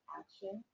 action